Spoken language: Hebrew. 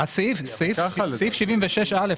סעיף 76(א),